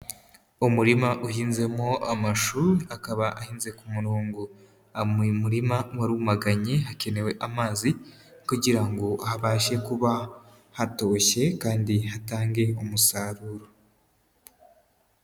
Umurima uhinzemo amashu, akaba ahinze ku murongo. Uyu murima warumaganye hakenewe amazi, kugira ngo habashe kuba hatoshye kandi hatange umusaruro.